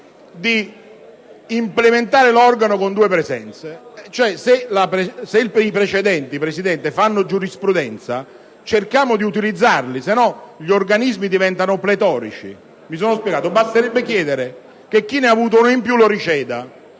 di integrare l'organo con due presenze aggiuntive. Se i precedenti fanno giurisprudenza, cerchiamo di utilizzarli. Altrimenti gli organismi diventano pletorici. Mi sono spiegato? Basterebbe chiedere che chi ne ha avuto uno in più lo ceda.